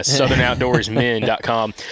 Southernoutdoorsmen.com